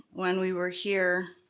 when we were here,